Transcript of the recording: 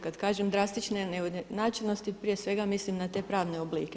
Kad kažem drastične neujednačenosti prije svega mislim na te pravne oblike.